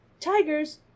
Tigers